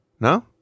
no